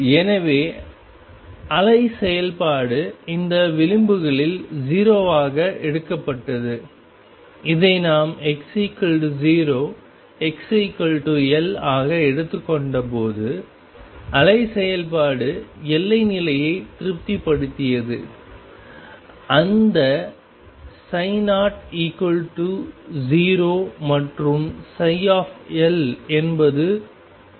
எனவே அலை செயல்பாடு இந்த விளிம்புகளில் 0 ஆக எடுக்கப்பட்டது இதை நாம் x0 xL ஆக எடுத்துக் கொண்டபோது அலை செயல்பாடு எல்லை நிலையை திருப்திப்படுத்தியது அந்த 00 மற்றும் L என்பது 0 ஆகும்